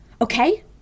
okay